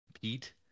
Pete